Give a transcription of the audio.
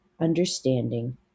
understanding